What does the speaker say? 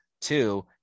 Two